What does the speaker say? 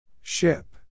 ship